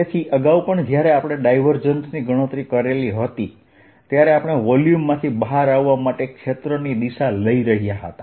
તેથી અગાઉ પણ જ્યારે આપણે ડાયવર્જન્સની ગણતરી કરતા હતા ત્યારે આપણે વોલ્યુમમાંથી બહાર આવવા માટે ક્ષેત્રની દિશા લઈ રહ્યાં હતાં